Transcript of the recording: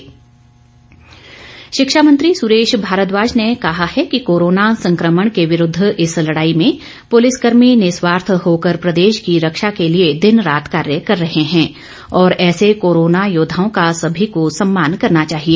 शिक्षा मंत्री शिक्षा मंत्री सुरेश भारद्वाज ने कहा है कि कोरोना संक्रमण के विरूद्व इस लड़ाई में पुलिसकर्मी निस्वार्थ होकर प्रदेश की रक्षा के लिए दिन रात कार्य कर रहे हैं और ऐसे कोरोना योद्वाओं का सभी को सम्मान करना चाहिए